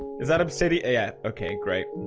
is that obsidian yeah. okay great.